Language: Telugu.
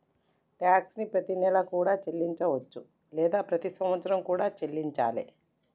ట్యాక్స్ ని ప్రతినెలా కూడా చెల్లించవచ్చు లేదా ప్రతి సంవత్సరం కూడా చెల్లించాలే